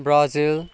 Brazil